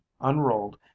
unrolled